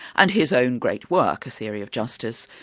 and his own great work, a theory of justice,